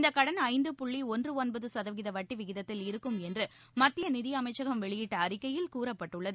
இந்த கடன் ஐந்து புள்ளி ஒன்று ஒன்பது சதவீத வட்டி விகிதத்தில் இருக்கும் என்று மத்திய நிதி அமைச்சகம் வெளியிட்ட அறிக்கையில் கூறப்பட்டுள்ளது